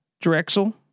Drexel